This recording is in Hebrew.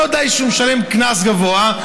לא די שהוא משלם קנס גבוה,